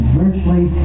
virtually